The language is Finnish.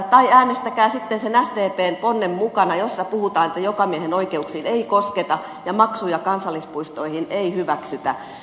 tai äänestäkää sitten sen sdpn ponnen mukana jossa puhutaan että jokamiehenoikeuksiin ei kosketa ja maksuja kansallispuistoihin ei hyväksytä